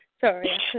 Sorry